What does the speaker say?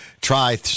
try